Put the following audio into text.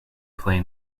play